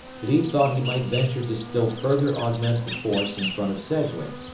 lee thought he might venture to still further augment the force in front of sedgwick,